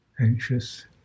anxious